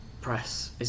press